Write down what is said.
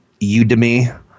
Udemy